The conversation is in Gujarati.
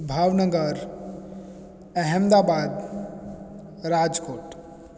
ભાવનગર અહેમદાબાદ રાજકોટ